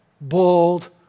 bold